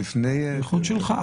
זו זכות שלך.